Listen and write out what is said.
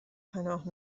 پناه